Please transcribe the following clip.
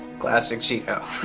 classic cheeto.